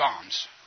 bombs